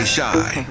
Shy